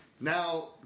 Now